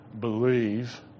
believe